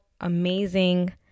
amazing